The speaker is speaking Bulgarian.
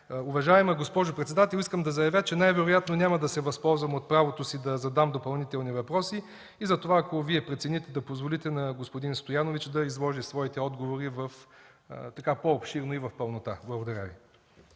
Уважаема госпожо председател, искам да заявя, че най-вероятно няма да се възползвам от правото си да задам допълнителни въпроси. Затова, ако Вие прецените, да позволите на господин Стоянович да изложи своите отговори по-обширно и в пълнота. Благодаря.